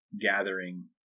gathering